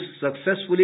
successfully